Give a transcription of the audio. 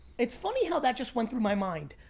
it's funny how that just went through my mind.